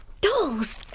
Dolls